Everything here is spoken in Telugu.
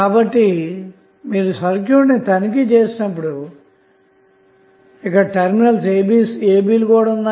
కాబట్టి మీరు సర్క్యూట్ ను తనిఖీ చేసినప్పుడు టెర్మినల్ab ఇక్కడ ఉంది